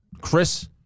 Chris